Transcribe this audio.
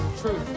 truth